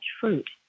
fruit